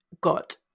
got